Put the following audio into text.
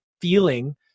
feeling